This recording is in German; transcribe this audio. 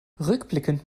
rückblickend